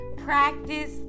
practice